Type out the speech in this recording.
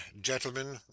gentlemen